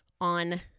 on